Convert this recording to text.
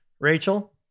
Rachel